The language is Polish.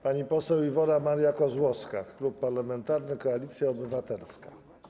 Pani poseł Iwona Maria Kozłowska, Klub Parlamentarny Koalicja Obywatelska.